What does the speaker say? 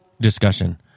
Discussion